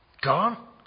gone